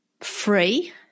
free